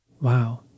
Wow